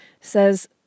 says